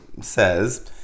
says